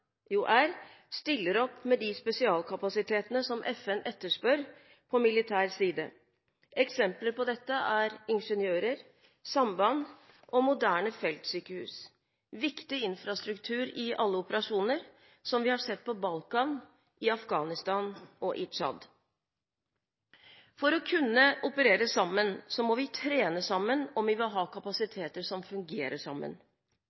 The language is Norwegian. stiller opp med de spesialkapasitetene som FN etterspør, på militær side. Eksempler på dette er ingeniører, samband og moderne feltsykehus – viktig infrastruktur i alle operasjoner som vi har sett på Balkan, i Afghanistan og i Tsjad. For å kunne operere sammen må vi trene sammen, og vi må ha kapasiteter som fungerer, sammen.